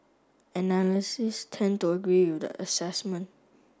analysts tend to agree with that assessment